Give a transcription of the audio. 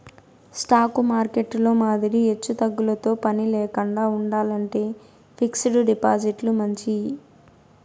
stock మార్కెట్టులో మాదిరి ఎచ్చుతగ్గులతో పనిలేకండా ఉండాలంటే ఫిక్స్డ్ డిపాజిట్లు మంచియి